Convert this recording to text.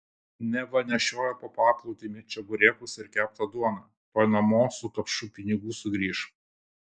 neva nešioja po paplūdimį čeburekus ir keptą duoną tuoj namo su kapšu pinigų sugrįš